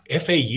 FAU